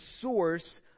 source